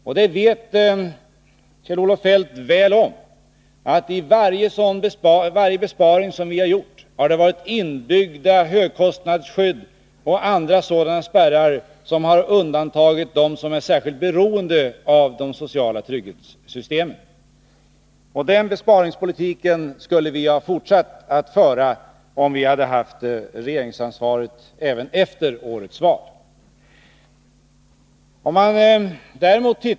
Och Kjell-Olof Feldt vet mycket väl att det i varje besparing som vi har gjort har funnits inbyggt högkostnadsskydd och andra sådana spärrar som har undantagit dem som är särskilt beroende av de sociala trygghetssystemen. Den besparingspolitiken skulle vi ha fortsatt att föra om vi hade haft regeringsansvaret även efter årets val.